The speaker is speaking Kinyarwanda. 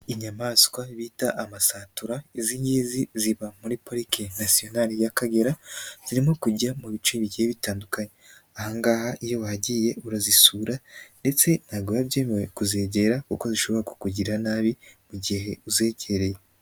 Inyamaswa bita amasatura, izingizi ziba muri parike nasiyonali y'Akagera, zirimo kujya mu bice bigiye bitandukanye, ahangaha iyo wahagiye urazisura ndetse ntabwo biba byemewe kuzegera kuko zishobora kukugirira nabi igihe uzegereye.